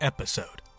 Episode